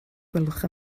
gwelwch